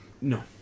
No